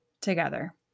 Together